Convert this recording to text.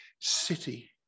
city